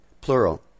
plural